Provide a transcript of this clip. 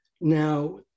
Now